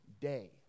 day